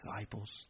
disciples